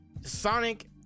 sonic